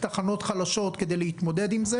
תחנות חלשות כדי להתמודד עם זה.